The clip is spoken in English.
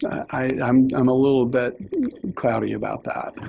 i'm i'm a little bit cloudy about that.